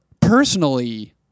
personally